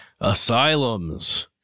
Asylums